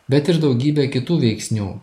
bet ir daugybė kitų veiksnių